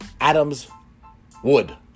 Adams-Wood